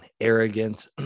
arrogant